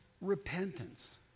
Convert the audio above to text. repentance